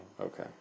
okay